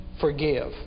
forgive